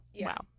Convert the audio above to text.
wow